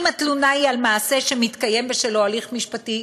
אם התלונה היא על מעשה שמתקיים בשלו הליך משפטי,